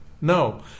No